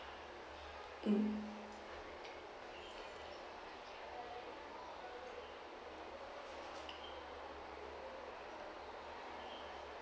mm